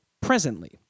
presently